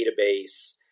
database